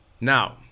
Now